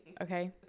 okay